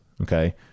Okay